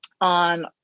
on